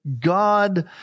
God